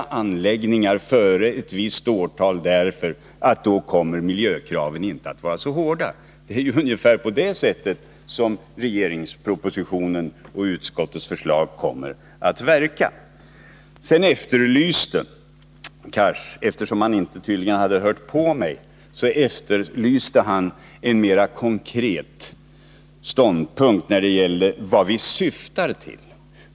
Det är i så fall en helt orimlig inställning. Men det är på det sättet som regeringens och utskottets förslag kommer att verka. Sedan efterlyste Hadar Cars, eftersom han tydligen inte hade hört på mig, en mer konkret ståndpunkt när det gäller vad vi syftar till.